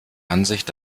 ansicht